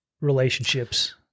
relationships